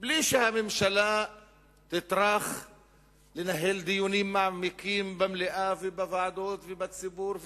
בלי שהממשלה תטרח לנהל דיונים מעמיקים במליאה ובוועדות ובציבור,